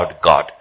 God